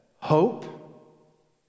hope